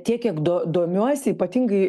tiek kiek do domiuosi ypatingai